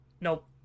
Nope